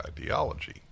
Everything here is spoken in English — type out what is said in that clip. ideology